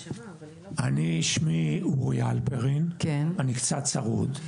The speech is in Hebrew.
שמי אורי הלפרין ואני קצת צרוד.